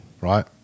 right